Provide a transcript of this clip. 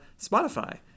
Spotify